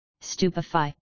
Stupefy